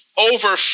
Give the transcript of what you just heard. Over